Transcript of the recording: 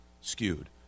skewed